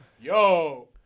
Yo